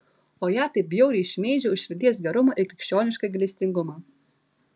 o ją taip bjauriai šmeižia už širdies gerumą ir krikščionišką gailestingumą